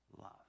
love